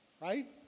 right